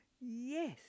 Yes